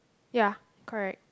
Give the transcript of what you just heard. ya correct